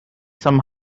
some